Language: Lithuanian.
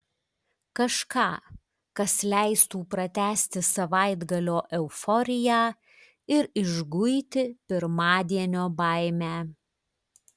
kažką kas leistų pratęsti savaitgalio euforiją ir išguiti pirmadienio baimę